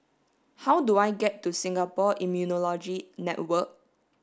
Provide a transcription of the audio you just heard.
how do I get to Singapore Immunology Network